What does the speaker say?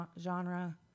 genre